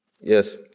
Yes